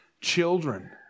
children